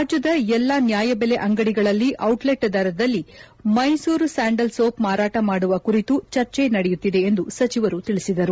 ರಾಜ್ಯದ ಎಲ್ಲ ನ್ಯಾಯಬೆಲೆ ಅಂಗಡಿಗಳಲ್ಲಿ ಔಟ್ ಲೆಟ್ ದರದಲ್ಲಿ ಮೈಸೂರು ಸ್ಯಾಂಡಲ್ ಸೋಪ್ ಮಾರಾಟ ಮಾಡುವ ಕುರಿತು ಚರ್ಚೆ ನಡೆಯುತ್ತಿದೆ ಎಂದು ಸಚಿವರು ತಿಳಿಸಿದರು